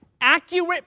accurate